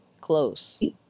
close